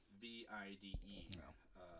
V-I-D-E